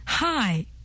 Hi